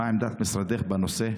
2. מה עמדת משרדך בנושא?